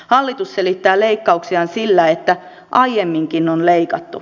hallitus selittää leikkauksiaan sillä että aiemminkin on leikattu